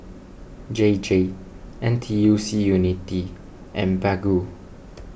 J J N T U C Unity and Baggu